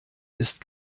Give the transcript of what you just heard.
ist